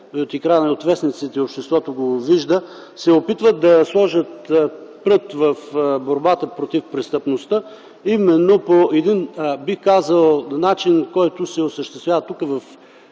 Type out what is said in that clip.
от екрана, и от вестниците, и обществото го вижда, се опитват да сложат прът в борбата с престъпността, именно по един, бих казал, начин, който се осъществява тук в